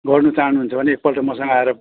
गर्नु चाहनुहुन्छ भने एकपल्ट मसँग आएर